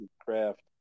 craft